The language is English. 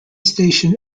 station